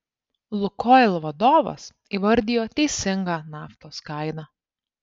lukoil vadovas įvardijo teisingą naftos kainą